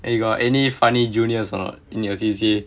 eh you got any funny juniors or not in your C_C_A